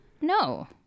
No